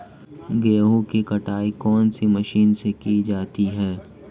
गेहूँ की कटाई कौनसी मशीन से की जाती है?